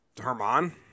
Herman